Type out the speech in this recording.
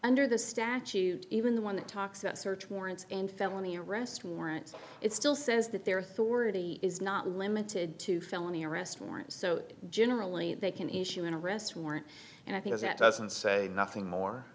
under the statute even the one that talks about search warrants and felony arrest warrants it still says that their authority is not limited to felony arrest warrants so generally they can issue an arrest warrant and i think that doesn't say nothing more